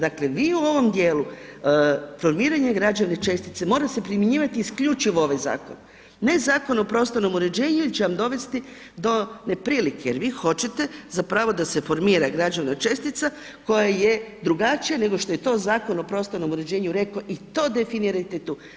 Dakle vi u ovom dijelu formiranja građevne čestice mora se primjenjivati isključivo ovaj zakon, ne Zakon o prostornom uređenju jel će vam dovesti do ne prilike jer vi hoćete zapravo da formira građevna čestica koja je drugačija nego što je to Zakon o prostornom uređenju rekao i to definirajte tu.